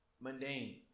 mundane